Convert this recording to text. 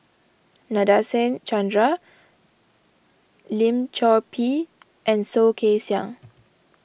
Nadasen Chandra Lim Chor Pee and Soh Kay Siang